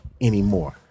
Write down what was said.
anymore